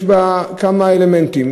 יש בה כמה אלמנטים.